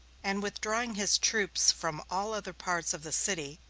and, withdrawing his troops from all other parts of the city,